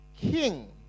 king